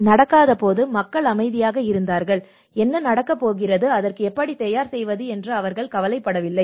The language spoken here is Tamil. எதுவும் நடக்காதபோது மக்கள் அமைதியாக இருந்தார்கள் என்ன நடக்கப் போகிறது அதற்கு எப்படித் தயார் செய்வது என்று அவர்கள் கவலைப்படவில்லை